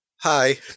Hi